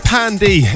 Pandy